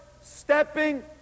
stepping